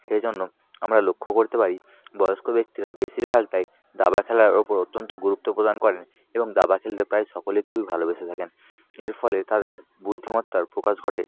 সেই জন্য আমরা লক্ষ্য করতে পারি বয়স্ক ব্যক্তিরা বেশিরভাগটাই দাবা খেলার ওপর অত্যন্ত গুরুত্ব প্রদান করেন এবং দাবা খেলতে প্রায় সকলে খুবই ভালোবেসে থাকেন এর ফলে তাদের বুদ্ধিমত্তার প্রকাশ ঘটে